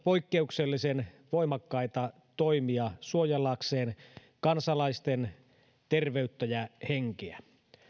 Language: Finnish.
poikkeuksellisen voimakkaita toimia suojellakseen kansalaisten terveyttä ja henkeä